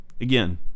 again